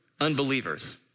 unbelievers